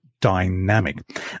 dynamic